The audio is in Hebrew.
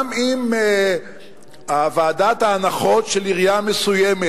גם אם ועדת ההנחות של עירייה מסוימת